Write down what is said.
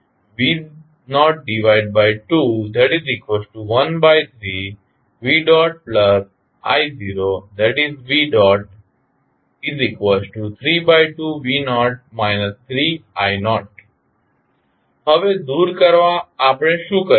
v0213vi0v32v0 3i0 હવે દૂર કરવા આપણે શું કરીશું